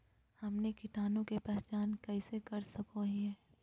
हमनी कीटाणु के पहचान कइसे कर सको हीयइ?